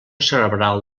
cerebral